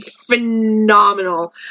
phenomenal